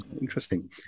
Interesting